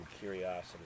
curiosity